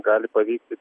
gali pavykti